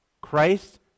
Christ